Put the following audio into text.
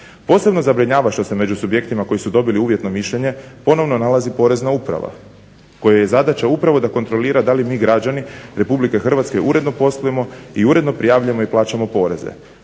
Posebno zabrinjava što se među subjektima koji su dobili uvjetno mišljenje ponovno nalazi Porezna uprava kojoj je zadaća upravo da kontrolira da li mi građani RH uredno poslujemo i uredno prijavljujemo i plaćamo poreze.